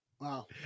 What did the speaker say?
wow